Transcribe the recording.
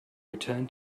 return